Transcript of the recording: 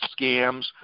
scams